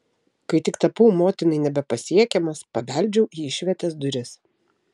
kai tik tapau motinai nebepasiekiamas pabeldžiau į išvietės duris